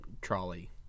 trolley